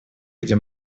где